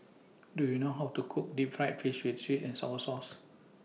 Do YOU know How to Cook Deep Fried Fish with Sweet and Sour Sauce